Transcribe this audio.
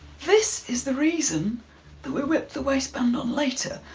this is the reason that we whipped the waistband on later.